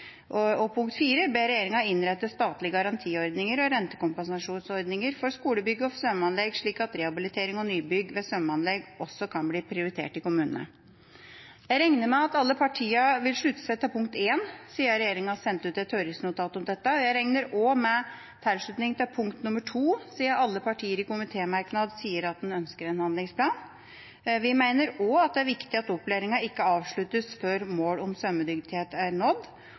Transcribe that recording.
til punkt 1, siden regjeringa har sendt ut et høringsnotat om dette. Jeg regner også med tilslutning til punkt 2, siden alle partier i komitémerknad sier at man ønsker en handlingsplan. Vi mener også at det er viktig at opplæringa ikke avsluttes før mål om svømmedyktighet er nådd.